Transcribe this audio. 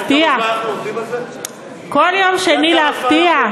כל יום שני להפתיע?